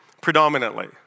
predominantly